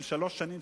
של שלוש שנים,